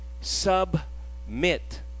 submit